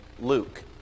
Luke